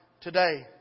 today